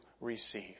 receive